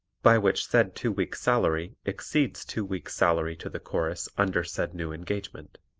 by which said two weeks' salary exceeds two weeks' salary to the chorus under said new engagement.